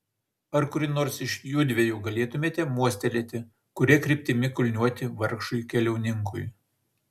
ar kuri nors iš judviejų galėtumėte mostelėti kuria kryptimi kulniuoti vargšui keliauninkui